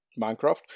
Minecraft